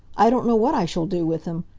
i don't know what i shall do with him.